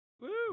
Woo